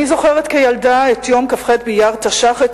אני זוכרת כילדה את יום כ"ח באייר תשכ"ז,